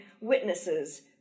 witnesses